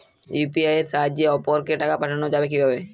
UPI এর সাহায্যে অপরকে টাকা পাঠানো যাবে কিভাবে?